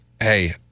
hey